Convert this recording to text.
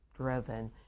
driven